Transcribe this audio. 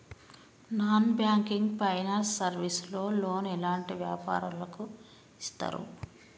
Non banking finance service లో loan ఎలాంటి వ్యాపారులకు ఇస్తరు?